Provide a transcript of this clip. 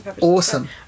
Awesome